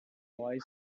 boy